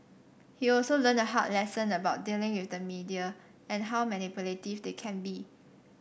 he also learned a hard lesson about dealing with the media and how manipulative they can be